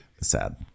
sad